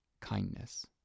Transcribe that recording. kindness